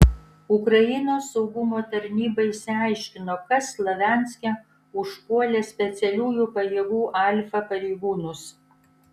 ukrainos saugumo tarnyba išsiaiškino kas slavianske užpuolė specialiųjų pajėgų alfa pareigūnus